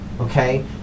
okay